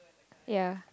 ya